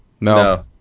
No